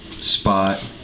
spot